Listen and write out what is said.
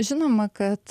žinoma kad